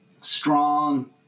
strong